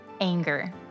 anger